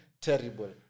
terrible